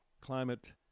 climate